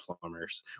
plumbers